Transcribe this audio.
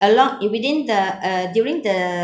along in within the uh during the~